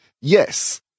Yes